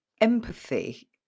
empathy